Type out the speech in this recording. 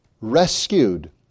rescued